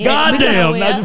Goddamn